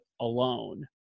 alone